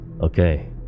okay